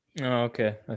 Okay